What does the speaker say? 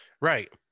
Right